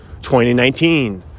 2019